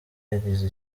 yagize